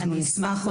אנחנו נשמח.